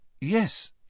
Yes